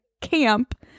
camp